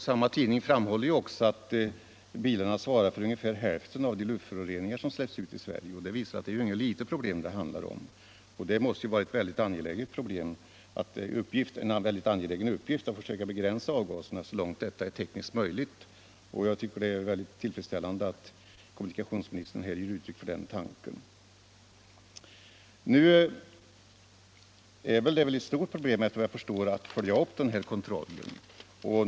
Samma tidning framhåller också att bilarna svarar för ungefär hälften av de luftföroreningar som släpps ut i Sverige. Det visar att det är inget litet problem det handlar om. Nog måste det vara en väldigt angelägen uppgift att försöka begränsa avgaserna så långt det är tekniskt möjligt; jag finner det tillfredsställande att kommunikationsministern här ger ut Nr 30 tryck för den tanken. Efter vad jag förstår är det ett stort problem att följa upp kontrollen.